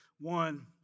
one